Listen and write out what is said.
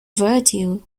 virtue